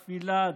תפילה,